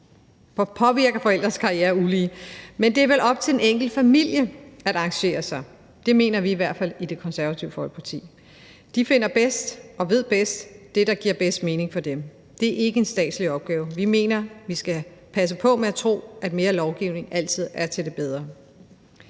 og påvirker forældres karriere ulige. Men det er vel op til den enkelte familie at arrangere sig. Det mener vi i hvert fald i Det Konservative Folkeparti. De finder bedst ud af og ved bedst, hvad der giver bedst mening for dem. Det er ikke en statslig opgave. Vi mener, at vi skal passe på med at tro, et mere lovgivning altid er til det bedre.